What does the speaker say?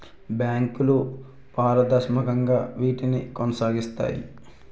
బ్యాంకులు పారదర్శకంగా వీటిని కొనసాగిస్తాయి